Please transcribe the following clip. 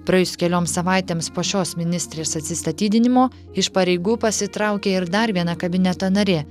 praėjus kelioms savaitėms po šios ministrės atsistatydinimo iš pareigų pasitraukė ir dar viena kabineto narė